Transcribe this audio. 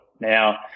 Now